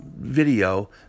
video